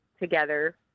together